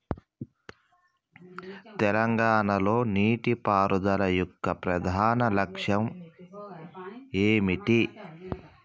తెలంగాణ లో నీటిపారుదల యొక్క ప్రధాన లక్ష్యం ఏమిటి?